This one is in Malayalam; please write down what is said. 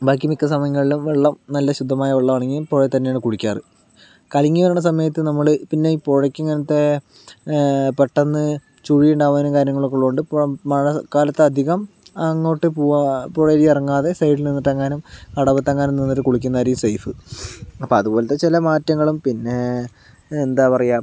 ബാക്കി മിക്ക സമയങ്ങളിലും വെള്ളം നല്ല ശുദ്ധമായ വെള്ളാണെങ്കിൽ പുഴയിൽ തന്നെയാണ് കുളിക്കാറ് കലങ്ങി വരണ സമയത്ത് നമ്മള് പിന്നെ ഈ പുഴക്കിങ്ങനത്തെ പെട്ടന്ന് ചുഴീ ഉണ്ടാവാനും കാര്യങ്ങളൊക്കെ ഉള്ളതുകൊണ്ട് ഇപ്പം മഴക്കാലത്ത് അധികം അങ്ങോട്ട് പോകുക പുഴയിലിറങ്ങാതെ സൈഡിൽ നിന്നിട്ടെങ്ങാനും കടവത്തെങ്ങാനും നിന്നിട്ട് കുളിക്കുന്നതായിരിക്കും സേഫ് അപ്പം അതുപോലത്തെ ചില മാറ്റങ്ങളും പിന്നെ എന്താ പറയുക